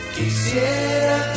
Quisiera